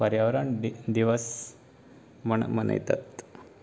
पर्यावरण दिवस म्हण मनयतात